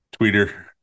tweeter